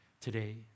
today